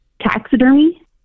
taxidermy